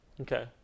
Okay